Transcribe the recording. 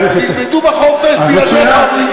אתה לא תגיד להם במה להאמין ומה,